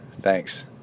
Thanks